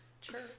Sure